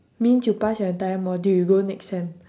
means you pass your entire module you go next sem